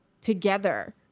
together